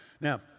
Now